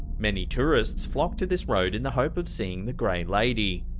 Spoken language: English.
many tourists flock to this road in the hope of seeing the gray lady,